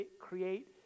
create